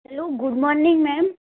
hello good morning ma'am